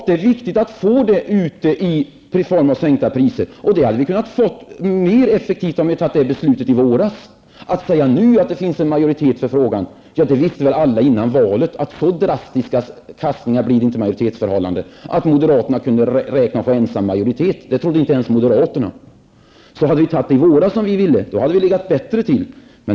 Det är viktigt att vi nu får sänkta priser. Det kunde vi ha fått mer effektivt om vi hade fattat beslut om detta i våras. Att säga nu att det finns en majoritet för det är fel. Alla visste väl före valet att så drastiska kastningar blir det inte i majoritetsförhållandena, att moderaterna kunde räkna med egen majoritet. Inte ens moderaterna trodde det. Hade vi som sagt fattat beslutet i våras, hade vi legat bättre till.